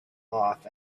off